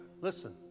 listen